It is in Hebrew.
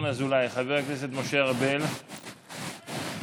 ההולם של בני האוכלוסייה החרדית בתאגידים